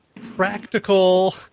practical